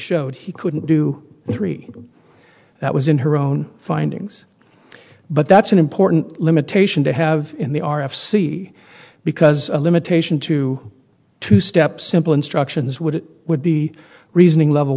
showed he couldn't do three that was in her own findings but that's an important limitation to have in the r f c because a limitation to two step simple instructions would it would be reasoning level